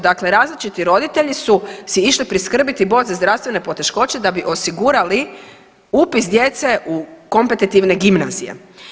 Dakle, različiti roditelji su si išli priskrbiti za zdravstvene poteškoće da bi osigurali upis djece u kompetitivne gimnazije.